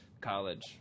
college